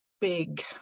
big